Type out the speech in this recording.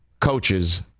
coaches